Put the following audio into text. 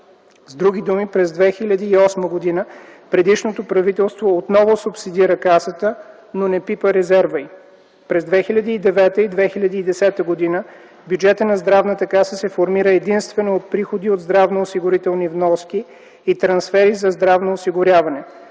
С други думи, през 2008 г. предишното правителство отново субсидира Касата, но не пипа резерва й. През 2009 и 2010 г. бюджетът на Здравната каса се формира единствено от приходи от здравноосигурителни вноски и трансфери за здравно осигуряване.